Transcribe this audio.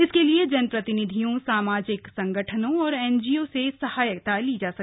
इसके लिए जनप्रतिनिधियों सामाजिक संगठनों और एनजीओ से सहयोग लिया जाय